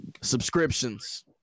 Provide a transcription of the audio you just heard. subscriptions